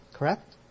Correct